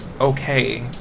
okay